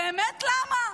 באמת למה?